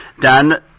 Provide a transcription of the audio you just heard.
Dan